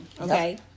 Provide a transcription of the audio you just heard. Okay